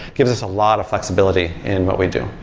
gives us a lot of flexibility in what we do.